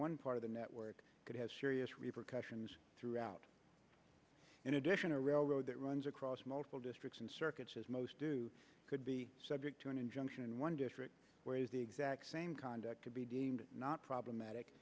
one part of the network could have serious repercussions throughout in addition a railroad that runs across multiple districts and circuits as most do could be subject to an injunction in one district where the exact same conduct could be deemed not problematic